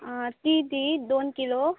ती दी दोन किलो